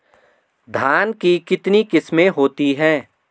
धान की कितनी किस्में होती हैं?